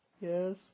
Yes